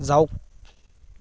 যাওক